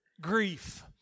grief